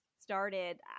started